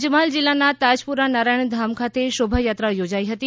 પંચમહાલ જિલ્લનાં તાજપુરા નારાયણ ધામ ખાતે શોભાયાત્રા યોજાઈ હતી